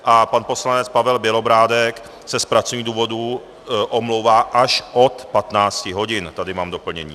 A pan poslanec Pavel Bělobrádek se z pracovních důvodů omlouvá až od 15 hodin tady mám doplnění.